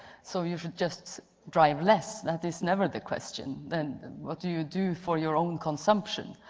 so you should just drive less. that is never the question. then what do you do for your own consumption?